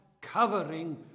covering